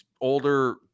older